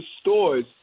stores